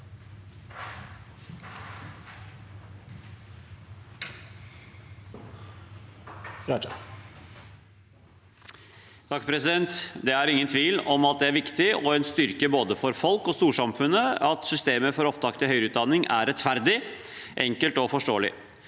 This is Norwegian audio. (V) Det er ingen tvil om at det er viktig, og en styrke for både folk og storsamfunnet, at systemet for opptak til høyere utdanning er rettferdig, enkelt og forståelig.